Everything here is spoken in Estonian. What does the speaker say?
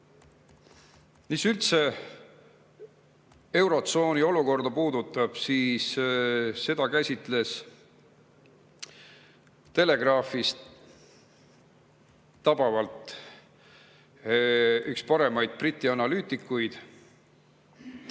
üldse eurotsooni olukorda puudutab, siis seda käsitles Telegraphis tabavalt üks paremaid Briti analüütikuid,